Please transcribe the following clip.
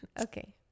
Okay